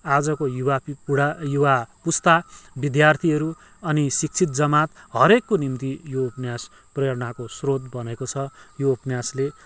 आजको युवाको कुरा युवा पुस्ता विद्यार्थीहरू अनि शिक्षित जमात हरेकको निम्ति यो उपन्यास प्रेरणाको स्रोत बनेको छ यो उपन्यासले